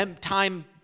time